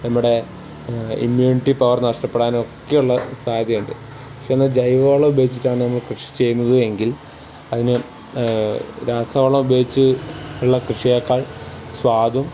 നമ്മുടെ immunity power നഷ്ടപ്പെടാനും ഒക്കെയുള്ള സാധ്യതയുണ്ട് പക്ഷേ എന്നാൽ ജൈവവളം ഉപയോഗിച്ചിട്ടാണ് നമ്മൾ കൃഷി ചെയ്യുന്നത് എങ്കിൽ അതിന് രാസവളം ഉപയോഗിച്ചുള്ള കൃഷിയേക്കാൾ സ്വാദും